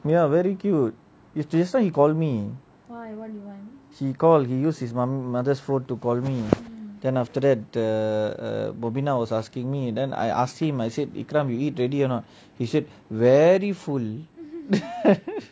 ya very cute just now he call me he call he use his mother's phone to call me then after that err mobina was asking me then I asked him I said iqram you eat already or not he said very full